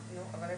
פתרונות שבסופו של